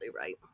right